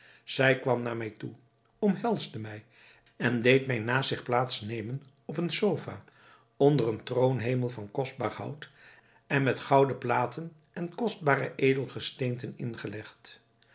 zij kwam naar mij toe omhelsde mij en deed mij naast zich plaats nemen op eene sofa onder een troonhemel van kostbaar hout en met gouden platen en kostbare edelgesteenten ingelegd